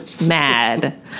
mad